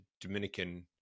Dominican